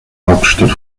hauptstadt